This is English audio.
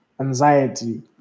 anxiety